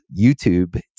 YouTube